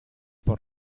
por